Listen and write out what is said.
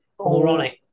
moronic